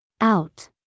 Out